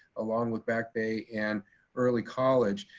along with back bay and early college.